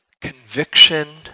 conviction